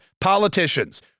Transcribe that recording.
politicians